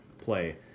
play